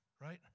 Right